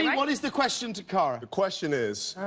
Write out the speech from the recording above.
what is the question to cara? the question is,